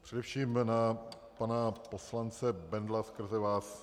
Především na pana poslance Bendla skrze vás.